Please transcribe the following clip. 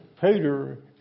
Peter